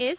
S